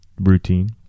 routine